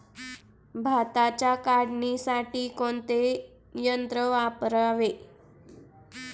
भाताच्या काढणीसाठी कोणते यंत्र वापरावे?